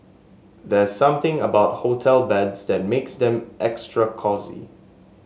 there's something about hotel beds that makes them extra cosy